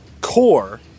core